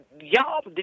y'all